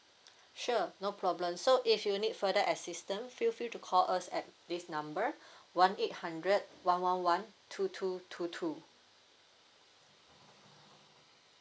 sure no problem so if you need further assistance feel free to call us at this number one eight hundred one one one two two two two